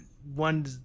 One